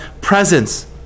presence